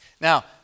now